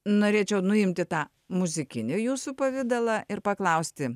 norėčiau nuimti tą muzikinį jūsų pavidalą ir paklausti